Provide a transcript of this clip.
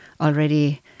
already